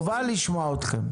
לשמוע אתכם.